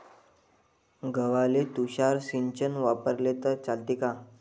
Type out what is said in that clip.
गव्हाले तुषार सिंचन वापरले तर चालते का?